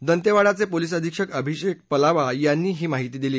दंतेवाडाचे police अधीक्षक अभिषेक पलावा यांनी ही माहिती दिली